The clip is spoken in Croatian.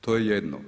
To je jedno.